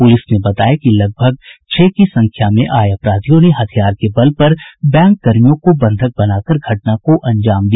police ने बताया कि लगभग छह की संख्या में आये अपराधियों ने हथियार के बल पर बैंक कर्मियों को बंधक बनाकर घटना को अंजाम दिया